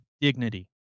dignity